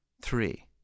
Three